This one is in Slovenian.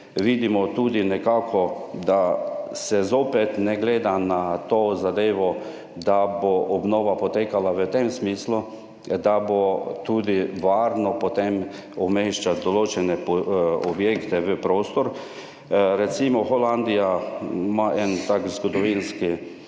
vidimo tudi nekako, da se zopet ne gleda na to zadevo, da bo obnova potekala v tem smislu, da bo tudi varno potem umeščati določene objekte v prostor. Recimo, Holandija ima en tak zgodovinski